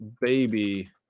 baby